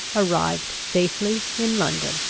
arrived safely in london.